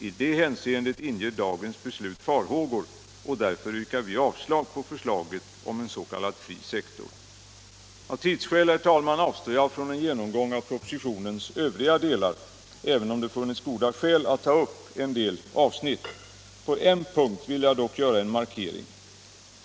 I det hänseendet inger dagens beslut farhågor, och därför yrkar vi avslag på förslaget om en s.k. fri sektor. Av tidsskäl, herr talman, avstår jag från en genomgång av propositionens övriga delar, även om det funnits goda skäl att ta upp en del avsnitt. På en punkt vill jag dock göra en markering.